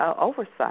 oversight